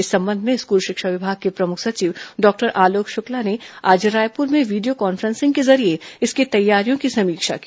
इस संबंध में स्कूल शिक्षा विभाग के प्रमुख सचिव डॉक्टर आलोक शुक्ला ने आज रायपुर में वीडियो कान्फ्रेंसिंग के जरिए इसकी तैयारियों की समीक्षा की